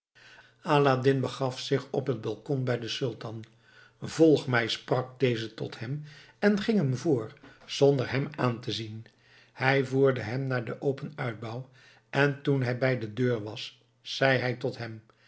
aladdin begaf zich op het balkon bij den sultan volg mij sprak deze tot hem en ging hem voor zonder hem aan te zien hij voerde hem naar den open uitbouw en toen hij bij de deur was zei hij tot hem